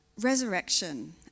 resurrection